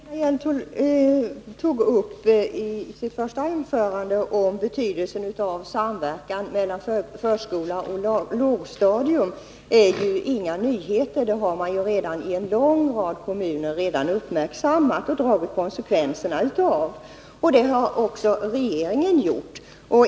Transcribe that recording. Herr talman! Det Lena Hjelm-Wallén tog upp i sitt första anförande om betydelsen av samverkan mellan förskola och lågstadium är ju inga nyheter. Det har man i en lång rad kommuner redan uppmärksammat och dragit konsekvenserna av. Det har också regeringen gjort.